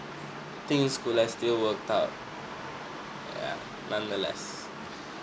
things could have still worked out ya nonetheless